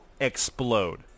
explode